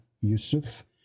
Yusuf